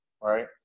right